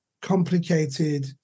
complicated